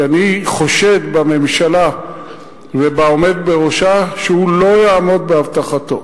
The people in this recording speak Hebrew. כי אני חושד בממשלה ובעומד בראשה שהוא לא יעמוד בהבטחתו,